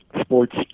sports